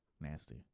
Nasty